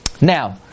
Now